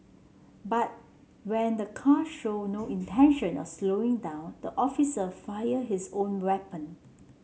but when the car showed no intention or slowing down the officer fired his own weapon